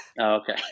okay